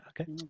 Okay